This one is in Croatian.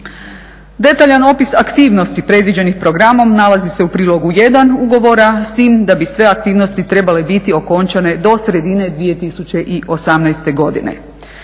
Detaljan opis aktivnosti predviđenih programom nalazi se u prilogu 1 ugovora s time da bi sve aktivnosti trebale biti okončane do sredine 2018. godine.